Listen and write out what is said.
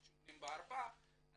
ל-2,452.